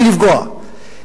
בלי לפגוע,